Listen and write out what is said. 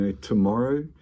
tomorrow